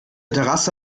terrasse